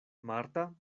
marta